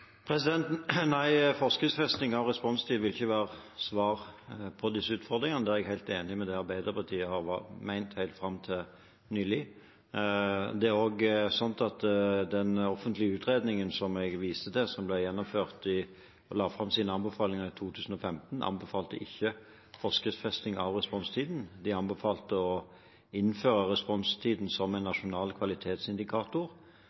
Nei, forskriftsfesting av responstid vil ikke være et svar på disse utfordringene. Der er jeg helt enig i det Arbeiderpartiet har ment helt fram til nylig. Det er også slik at den offentlige utredningen som jeg viste til, som ble gjennomført – og der de la fram sine anbefalinger – i 2015, ikke anbefalte forskriftsfesting av responstiden. De anbefalte å innføre responstiden som en